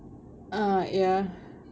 ah ya